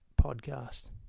podcast